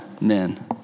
men